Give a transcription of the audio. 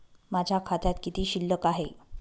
माझ्या खात्यात किती शिल्लक आहे?